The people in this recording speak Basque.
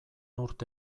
urte